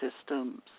systems